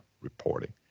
reporting